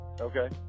Okay